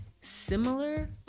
similar